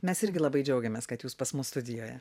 mes irgi labai džiaugiamės kad jūs pas mus studijoje